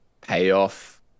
payoff